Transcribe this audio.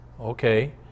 Okay